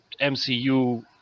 MCU